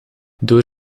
door